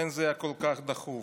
לכן זה היה כל כך דחוף.